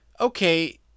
okay